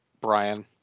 Brian